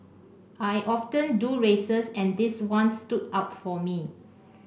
I often do races and this one stood out for me